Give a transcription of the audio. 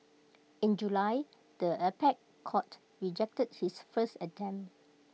in July the apex court rejected his first attempt